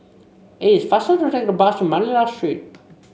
it is faster to take the bus to Manila Street